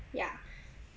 ya